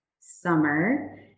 summer